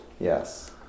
Yes